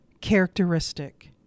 characteristic